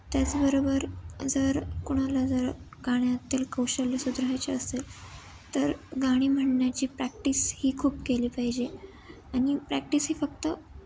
त्याचबरोबर जर कुणाला जर गाण्यातील कौशल्य सुधारायचे असेल तर गाणी म्हणण्याची प्रॅक्टिस ही खूप केली पाहिजे आणि प्रॅक्टिस ही फक्त